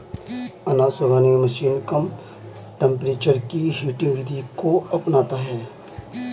अनाज सुखाने की मशीन कम टेंपरेचर की हीटिंग विधि को अपनाता है